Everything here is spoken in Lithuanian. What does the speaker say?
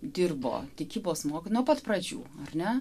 dirbo tikybos mokyti nuo pat pradžių ar ne